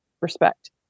Respect